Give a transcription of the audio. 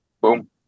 Boom